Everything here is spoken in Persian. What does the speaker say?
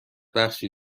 بخشی